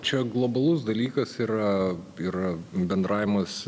čia globalus dalykas yra yra bendravimas